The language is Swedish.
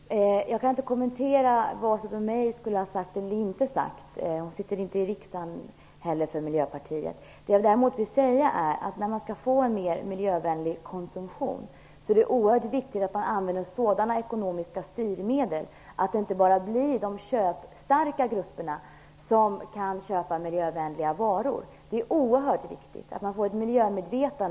Herr talman! Jag kan inte kommentera vad Åsa Domeij har sagt eller inte sagt. Hon sitter inte heller i riksdagen för Miljöpartiet. Om man skall få en mer miljövänlig konsumtion är det oerhört viktigt att använda sådana ekonomiska styrmedel att det inte bara blir de köpstarka grupperna som kan köpa miljövänliga varor. Det är viktigt att människor blir miljömedvetna.